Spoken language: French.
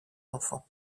enfants